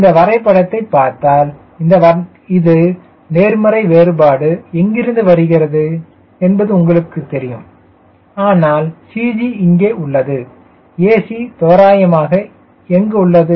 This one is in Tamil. இந்த வரைபடத்தைப் பார்த்தால் இந்த நேர்மறை வேறுபாடு எங்கிருந்து வருகிறது என்பது உங்களுக்கு தெரியும் ஆனால் CG இங்கே உள்ளது ac தோராயமாக எங்கு உள்ளது